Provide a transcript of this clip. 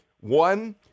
One